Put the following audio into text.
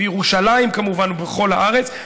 בירושלים כמובן ובכל רחבי הארץ,